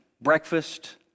breakfast